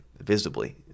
visibly